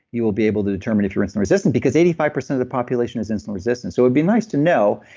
you will be able to determine if you're insulin resistant, because eighty five percent of the population is insulin resistant so it'd be nice to know.